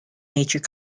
nature